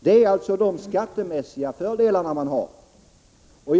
Detta är alltså de skattemässiga fördelar skogsägarna har. Var